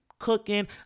Cooking